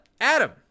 Adam